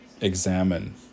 examine